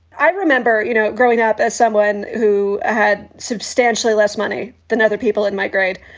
i remember you know growing up as someone who had substantially less money than other people in my grade.